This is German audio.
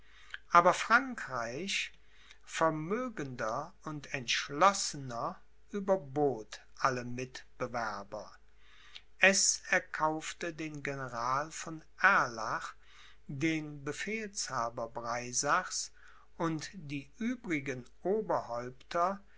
aber frankreich vermögender und entschlossener überbot alle mitbewerber es erkaufte den general von erlach den befehlshaber breisachs und die übrigen oberhäupter